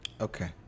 okay